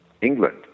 England